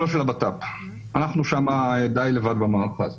אנחנו שם די לבד במערכה הזאת.